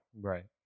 Right